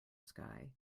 sky